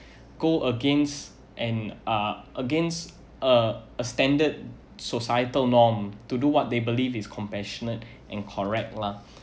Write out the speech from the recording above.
go against and uh against uh a standard societal norm to do what they believe is compassionate and correct lah